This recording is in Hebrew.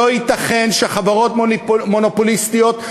לא ייתכן שחברות מונופוליסטיות,